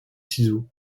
ciseaux